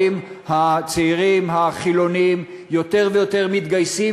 הצעירים החילונים יותר ויותר מתגייסים,